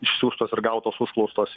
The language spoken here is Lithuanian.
išsiųstas ir gautas užklausas